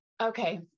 Okay